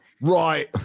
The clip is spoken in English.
Right